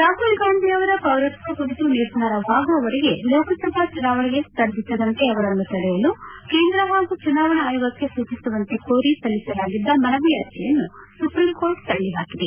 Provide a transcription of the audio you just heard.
ರಾಹುಲ್ ಗಾಂಧಿ ಅವರ ಪೌರತ್ವ ಕುರಿತು ನಿರ್ಧಾರವಾಗುವವರೆಗೆ ಲೋಕಸಭಾ ಚುನಾವಣೆಗೆ ಸ್ಪರ್ಧಿಸದಂತೆ ಅವರನ್ನು ತಡೆಯಲು ಕೇಂದ್ರ ಹಾಗೂ ಚುನಾವಣಾ ಆಯೋಗಕ್ಕೆ ಸೂಚಿಸುವಂತೆ ಕೋರಿ ಸಲ್ಲಿಸಲಾಗಿದ್ದ ಮನವಿ ಅರ್ಜಿಯನ್ನು ಸುಪ್ರೀಂಕೋರ್ಟ್ ತಳ್ಳಿಹಾಕಿದೆ